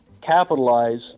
capitalize